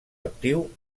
actiu